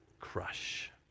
crush